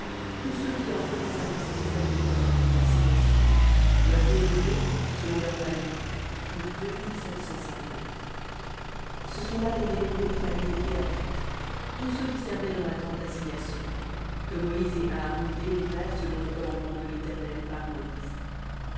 tous ceux qui entraient en service pour servir dans la tente dassignation leurs dénombrés selon leurs familles furent deux mille sept cent cinquante ce sont là les dénombrés des familles des kehathites tous ceux qui servaient dans la tente d'assignation que moïse et aaron dénombrèrent selon le commandement de l'éternel par moïse